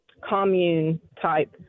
commune-type